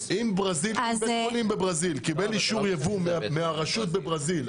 בית חולים בברזיל קיבל אישור יבוא מהרשות בברזיל,